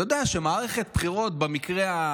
יודע שמערכת בחירות, במקרה,